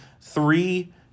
three